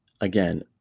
again